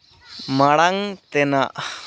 ᱢᱟᱲᱟᱝ ᱛᱮᱱᱟᱜ